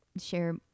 share